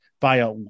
via